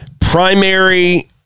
primary